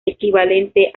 equivalente